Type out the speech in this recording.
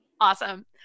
Awesome